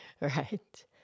Right